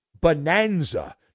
bonanza